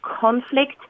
conflict